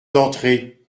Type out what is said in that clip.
d’entrer